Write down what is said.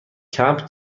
کمپ